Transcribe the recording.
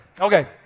Okay